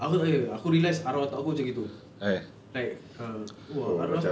aku tak boleh aku realise arwah atuk aku macam gitu like uh !wah!